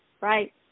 right